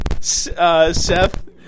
seth